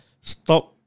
stop